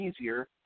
easier